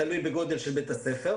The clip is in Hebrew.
תלוי בגודל של בית הספר.